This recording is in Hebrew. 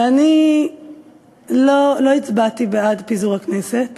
ואני לא הצבעתי בעד פיזור הכנסת